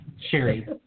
Sherry